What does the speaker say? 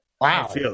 Wow